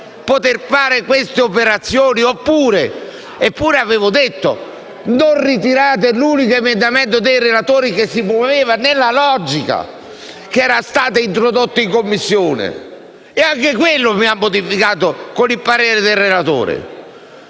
Eppure avevo chiesto di non ritirare l'unico emendamento dei relatori che si muoveva nella logica introdotta in Commissione. Ebbene, anche quello è stato modificato con il parere del relatore.